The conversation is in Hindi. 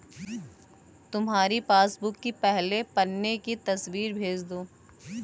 तुम्हारी पासबुक की पहले पन्ने की तस्वीर भेज दो